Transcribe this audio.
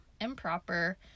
improper